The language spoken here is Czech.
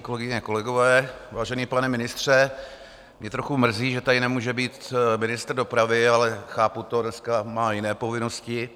Kolegyně, kolegové, vážený pane ministře, mě trochu mrzí, že tady nemůže být ministr dopravy, ale chápu to, dneska má jiné povinnosti.